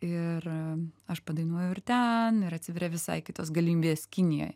ir aš padainuoju ir ten ir atsiveria visai kitos galimybės kinijoje